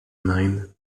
mine